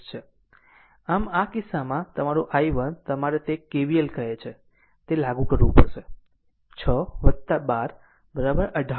આમ આ કિસ્સામાં તમારું i1 તમારે તે KVL કહે છે તે લાગુ કરવું પડશે 6 12 18 Ω